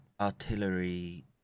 artillery